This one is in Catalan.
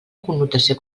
connotació